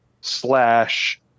slash